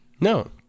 no